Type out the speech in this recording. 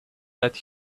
that